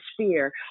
sphere